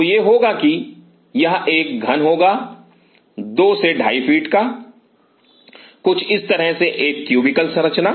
तो यह होगा कि यह एक घन होगा दो से ढाई फीट का कुछ इस तरह से एक क्यूबिकल संरचना